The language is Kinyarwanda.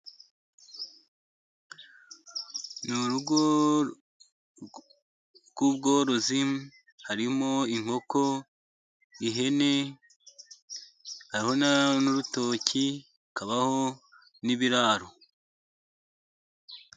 Ni urugo rw'ubworozi. Harimo inkoko, ihene, hariho naa n'urutoki hakabaho n'ibiraro.